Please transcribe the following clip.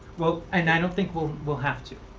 well and i don't think we'll we'll have to.